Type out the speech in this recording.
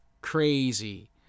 crazy